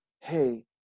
hey